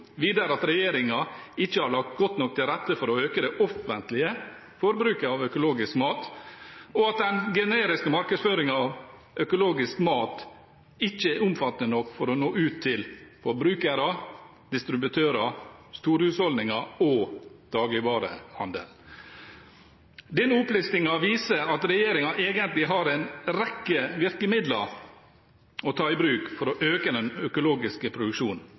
at regjeringen ikke har lagt godt nok til rette for å øke det offentlige forbruket av økologisk mat, og at den generiske markedsføringen av økologisk mat ikke er omfattende nok til å nå ut til forbrukere, distributører, storhusholdninger og dagligvarehandelen. Denne opplistingen viser at regjeringen egentlig har en rekke virkemidler å ta i bruk for å øke den økologiske produksjonen.